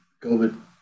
COVID